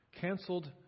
canceled